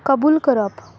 कबूल करप